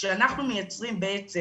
כשאנחנו מייצרים בעצם